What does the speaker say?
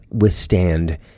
withstand